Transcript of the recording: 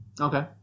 Okay